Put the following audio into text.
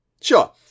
Sure